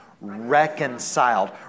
Reconciled